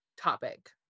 topic